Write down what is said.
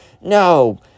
no